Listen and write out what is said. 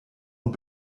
und